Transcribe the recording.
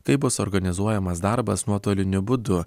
kaip bus organizuojamas darbas nuotoliniu būdu